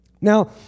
Now